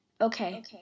Okay